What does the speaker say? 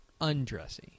undressy